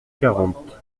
quarante